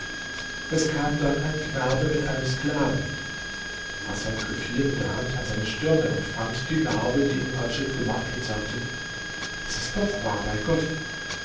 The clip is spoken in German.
es kam dann ein knabe mit einem sklaven hasan griff hier mit der hand an seine stirne und fand die narbe die ihm adjib gemacht und sagte es ist doch wahr bei gott